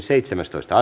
asia